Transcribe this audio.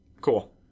Cool